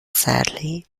sadly